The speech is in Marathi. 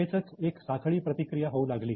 लगेचच एक साखळी प्रतिक्रिया होऊ लागली